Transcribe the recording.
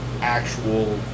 actual